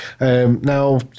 Now